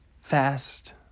fast